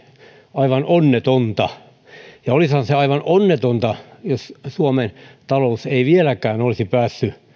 aivan onnetonta ja olisihan se aivan onnetonta jos suomen talous ei vieläkään olisi päässyt